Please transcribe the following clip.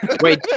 Wait